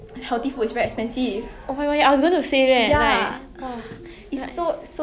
like you know salad is 菜而已 leh then 你要我还七八块